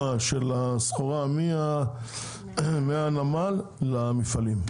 של הסחורה מהנמל למפעלים.